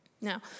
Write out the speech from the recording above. Now